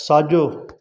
साॼो